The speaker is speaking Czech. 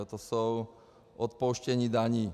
To jsou odpouštění daní.